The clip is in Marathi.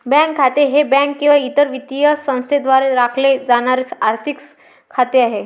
बँक खाते हे बँक किंवा इतर वित्तीय संस्थेद्वारे राखले जाणारे आर्थिक खाते आहे